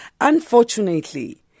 Unfortunately